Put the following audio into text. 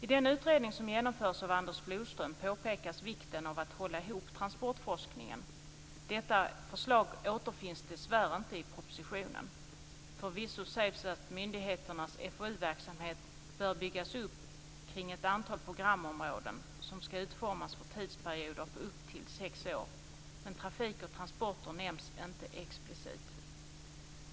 I den utredning som genomförts av Anders Flodström påpekas vikten av att hålla ihop transportforskningen. Detta förslag återfinns dessvärre inte i propositionen. Förvisso sägs att myndigheternas FoU verksamhet bör byggas upp kring ett antal programområden som ska utformas för tidsperioder på upp till sex år. Men trafik och transporter nämns inte explicit.